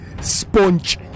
Sponge